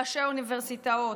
ראשי אוניברסיטאות,